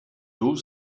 tour